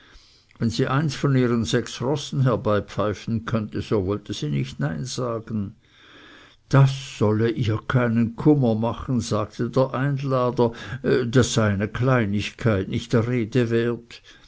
wenn sie eins von ihren sechs rossen herpfeifen könnte so wollte sie nicht nein sagen das solle ihr keinen kummer machen sagte der einlader das sei eine kleinigkeit nicht der rede wert